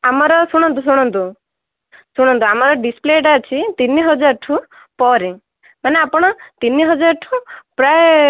ଆମର ଶୁଣନ୍ତୁ ଶୁଣନ୍ତୁ ଶୁଣନ୍ତୁ ଆମର ଡିସପ୍ଲେଟା ଅଛି ତିନିହଜାରଠୁ ପରେ ମାନେ ଆପଣ ତିନିହଜାରଠୁ ପ୍ରାୟ